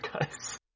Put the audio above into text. guys